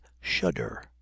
shudder